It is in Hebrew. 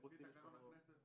לפי תקנון הכנסת